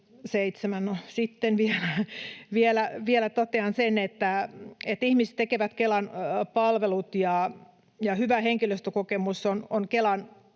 Seitsemän. — No, sitten vielä totean sen, että ihmiset tekevät Kelan palvelut ja hyvä henkilöstökokemus on Kelan